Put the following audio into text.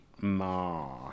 Ma